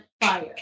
fire